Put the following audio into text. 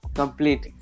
complete